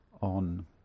on